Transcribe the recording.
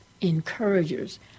encouragers